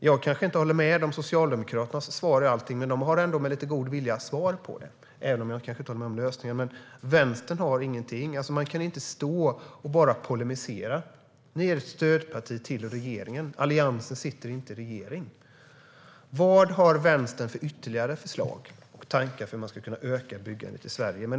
Jag kanske inte instämmer i Socialdemokraternas svar på allt detta, men de har ändå med lite god vilja svar på frågorna. Men Vänstern har ingenting. Man kan inte stå och bara polemisera. Ni är ett stödparti till regeringen. Alliansen sitter inte i regeringen. Vad har Vänstern för ytterligare förslag och tankar för att man ska kunna öka byggandet i Sverige?